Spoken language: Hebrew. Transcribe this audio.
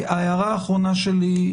ההערה האחרונה שלי,